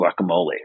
guacamole